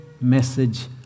message